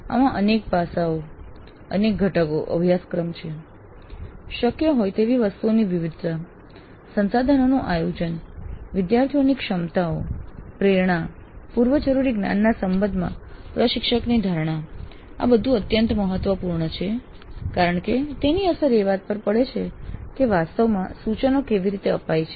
આમાં અનેક પાસાઓ અનેક ઘટકો અભ્યાસક્રમ છે શક્ય હોય તેવી વસ્તુઓની વિવિધતા સંસાધનોનું આયોજન વિદ્યાર્થીઓની ક્ષમતાઓ પ્રેરણા પૂર્વજરૂરી જ્ઞાનના સંબંધમાં પ્રશિક્ષકની ધારણા આ બધું અત્યંત મહત્વપૂર્ણ છે કારણ કે તેની અસર એ વાત પાર પડે છે કે વાસ્તવમાં સૂચના કેવી રીતે અપાય છે